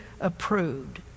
approved